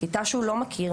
כיתה שהוא לא מכיר,